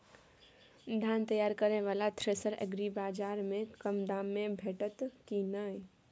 धान तैयार करय वाला थ्रेसर एग्रीबाजार में कम दाम में भेटत की नय?